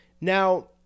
Now